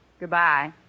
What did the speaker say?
Goodbye